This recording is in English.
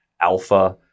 alpha-